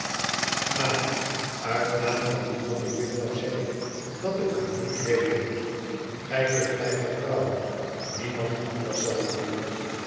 maar uit naam van die jonge jufvrouw zeg ik dat ik het moet weten gij kunt mij vertrouwen niemand anders zal het hooren